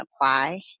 apply